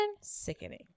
Sickening